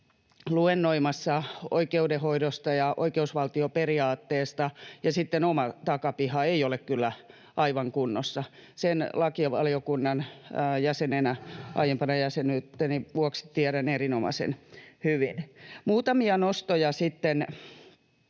luennoimassa oikeudenhoidosta ja oikeusvaltioperiaatteesta, kun sitten oma takapiha ei ole kyllä aivan kunnossa. Sen lakivaliokunnan jäsenenä, aiemman jäsenyyteni vuoksi, tiedän erinomaisen hyvin. Muutamia nostoja sitten